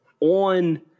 On